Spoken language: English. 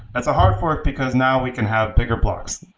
that's a hard fork because now we can have bigger blocks.